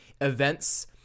events